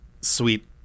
sweet